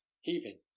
heaving